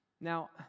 Now